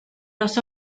los